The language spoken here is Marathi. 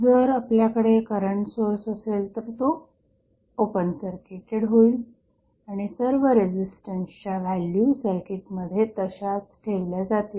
जर आपल्याकडे करंट सोर्स असेल तर तो ओपन सर्किटेड होईल आणि सर्व रेझिस्टन्सच्या व्हॅल्यू सर्किटमध्ये तशाच ठेवल्या जातील